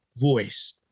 voice